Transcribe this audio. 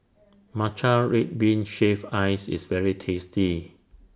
Matcha Red Bean Shaved Ice IS very tasty